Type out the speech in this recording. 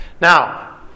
Now